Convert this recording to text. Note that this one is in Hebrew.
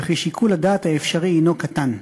ושיקול הדעת האפשרי קטן.